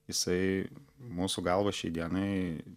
jisai mūsų galva šiai dienai